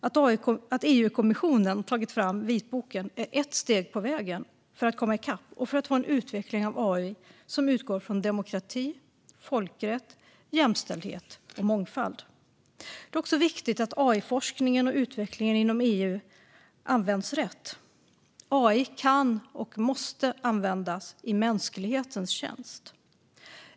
Att EU-kommissionen har tagit fram vitboken är ett steg på vägen för att komma i kapp och för att få en utveckling av AI som utgår från demokrati, folkrätt, jämställdhet och mångfald. Det är också viktigt att AI-forskningen och utvecklingen inom EU används rätt. AI kan och måste användas i mänsklighetens tjänst.